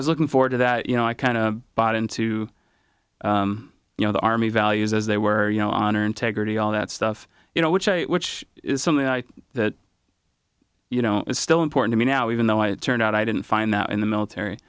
was looking forward to that you know i kind of bought into you know the army values as they were you know honor integrity all that stuff you know which i which is something that you know is still important to me now even though it turned out i didn't find that in the